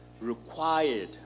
required